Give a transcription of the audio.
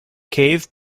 cave